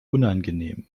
unangenehm